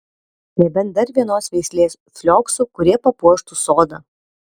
nebent dar vienos veislės flioksų kurie papuoštų sodą